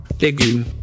légumes